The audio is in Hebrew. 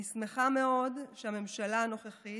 אני שמחה מאוד שהממשלה הנוכחית,